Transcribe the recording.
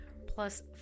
plus